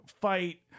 fight